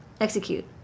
Execute